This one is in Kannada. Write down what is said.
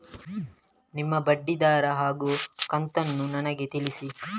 ನಿಮ್ಮ ಬಡ್ಡಿದರ ಹಾಗೂ ಕಂತನ್ನು ನನಗೆ ತಿಳಿಸಿ?